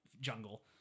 jungle